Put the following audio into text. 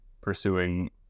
pursuing